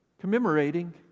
commemorating